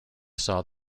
saw